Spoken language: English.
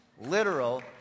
literal